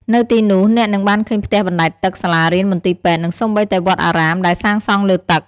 នៅទីនោះអ្នកនឹងបានឃើញផ្ទះបណ្តែតទឹក សាលារៀន មន្ទីរពេទ្យ និងសូម្បីតែវត្តអារាមដែលសាងសង់លើទឹក។